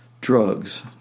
Drugs